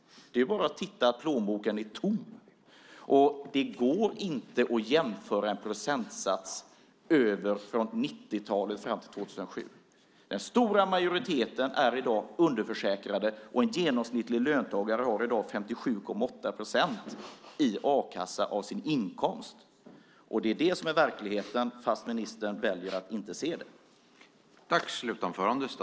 Det är bara att se att plånboken är tom. Det går inte att jämföra en procentsats från 90-talet fram till 2007. Den stora majoriteten är i dag underförsäkrad, och en genomsnittlig löntagare har i dag 57,8 procent i a-kassa av sin inkomst. Det är det som är verkligheten, fast ministern väljer att inte se det.